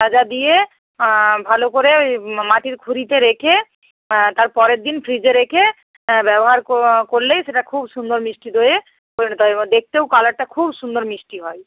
সাজা দিয়ে ভালো করে ওই মা মাটির খুঁড়িতে রেখে তার পরের দিন ফ্রিজে রেখে ব্যবহার কো করলেই সেটা খুব সুন্দর মিষ্টি দইয়ে পরিণত হয় এবং দেখতেও কালারটা খুব সুন্দর মিষ্টি হয়